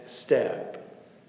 step